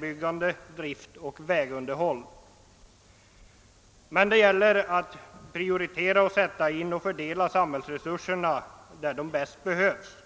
byggande, drift och underhåll av vägar, men det gäller att prioritera, sätta in och fördela samhällsresurserna dit där de bäst behövs.